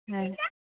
ᱦᱮᱸ